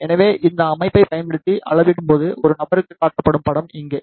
எனவே இந்த அமைப்பைப் பயன்படுத்தி அளவிடப்படும் போது ஒரு நபருக்குக் காட்டப்படும் படம் இங்கே